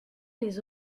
les